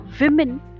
women